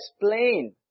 explain